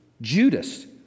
Judas